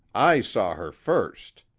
i saw her first!